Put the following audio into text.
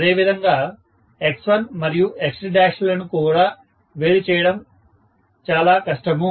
అదే విధంగా X1 మరియు X2 లను వేరు చేయడం కూడా చాలా కష్టము